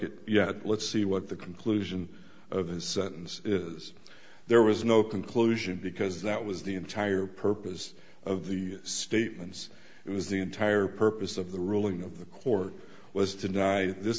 it yet let's see what the conclusion of his sentence is there was no conclusion because that was the entire purpose of the statements it was the entire purpose of the ruling of the court was to die this